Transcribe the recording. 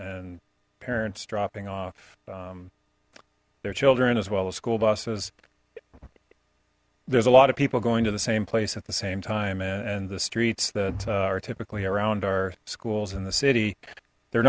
and parents dropping off their children as well as school buses there's a lot of people going to the same place at the same time and the streets that are typically around our schools in the city the